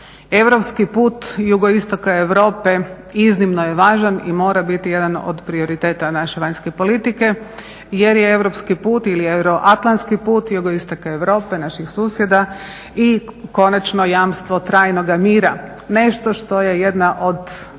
Europski put jugoistoka Europe iznimno je važan i mora biti jedan od prioriteta naše vanjske politike, jer je europski put ili euroatlantski put JI Europe, naših susjeda i konačno jamstvo trajnoga mira. Nešto što je jedna od